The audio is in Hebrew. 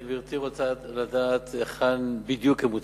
גברתי רוצה לדעת היכן בדיוק הן מוצבות.